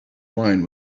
wine